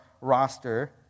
roster